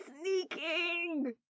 sneaking